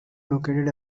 located